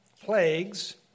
plagues